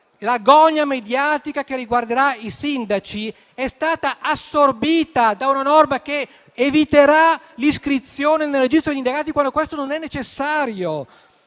la gogna mediatica che riguarderà i sindaci è stata assorbita da una norma che eviterà l'iscrizione nel registro degli indagati quando questo non è necessario.